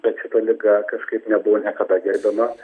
bet šita liga kažkaip nebuvo niekada gerbiama